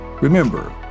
Remember